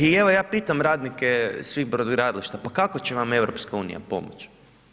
I evo ja pitam radnike svih brodogradilišta, pa kako će vam EU pomoći?